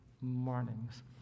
mornings